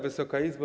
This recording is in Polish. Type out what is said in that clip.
Wysoka Izbo!